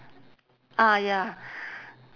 ah ya